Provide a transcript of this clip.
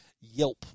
Yelp